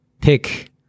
pick